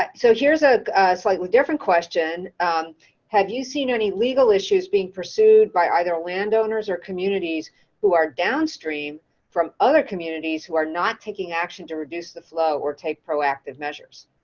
um so here's a slightly different question. and have you seen any legal issues being pursued by either landowners or communities who are downstream from other communities who are not taking action to reduce the flow or take proactive measures?